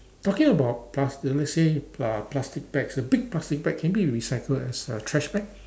talking about plaster let's say uh plastic bags the big plastic bag can it be recycled as a trash bag